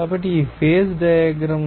కాబట్టి ఈ phase diagram